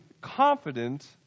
confident